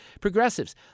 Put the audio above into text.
progressives